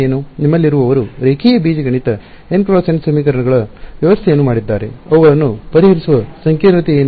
ನಿಮ್ಮಲ್ಲಿರುವವರು ರೇಖೀಯ ಬೀಜಗಣಿತ n × n ಸಮೀಕರಣಗಳ ವ್ಯವಸ್ಥೆಯನ್ನು ಮಾಡಿದ್ದಾರೆ ಅವುಗಳನ್ನು ಪರಿಹರಿಸುವ ಸಂಕೀರ್ಣತೆ ಏನು